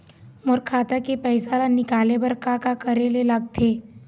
मोर खाता के पैसा ला निकाले बर का का करे ले लगथे?